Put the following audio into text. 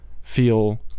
feel